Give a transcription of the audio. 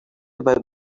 about